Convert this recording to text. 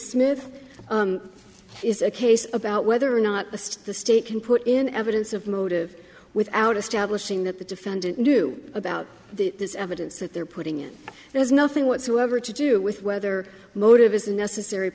smith is a case about whether or not the state can put in evidence of motive without establishing that the defendant knew about this evidence that they're putting it there's nothing whatsoever to do with whether motive is a necessary